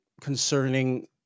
concerning